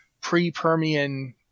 pre-Permian